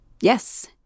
Yes